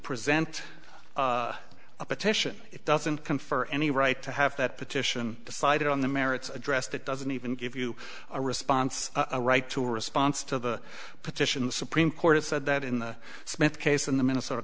present a petition it doesn't confer any right to have that petition decided on the merits addressed it doesn't even give you a response a right to a response to the petition the supreme court has said that in the smith case in the minnesota